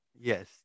Yes